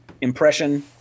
impression